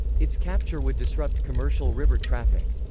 its capture would disrupt commercial river traffic.